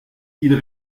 ils